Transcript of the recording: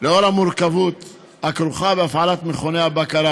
לאור המורכבות הכרוכה בהפעלת מכוני הבקרה